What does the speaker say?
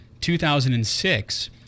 2006